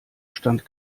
stand